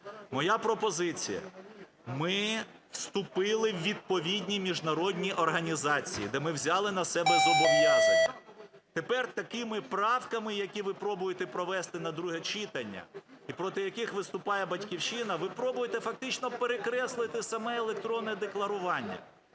Моя пропозиція. Ми вступили у відповідні міжнародні організації, де ми взяли на себе зобов'язання тепер такими правками, які ви пробуєте провести на друге читання і проти яких виступає "Батьківщина", ви пробуєте фактично перекреслити саме електронне декларування,